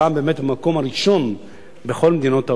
הפעם באמת במקום הראשון בכל מדינות ה-OECD.